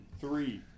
three